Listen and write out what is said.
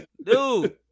Dude